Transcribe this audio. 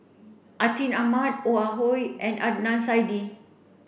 Atin Amat Ong Ah Hoi and Adnan Saidi